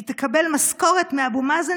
היא תקבל משכורת מאבו מאזן,